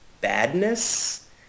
badness